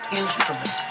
instrument